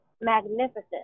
magnificent